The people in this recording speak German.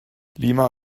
lima